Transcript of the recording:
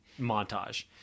montage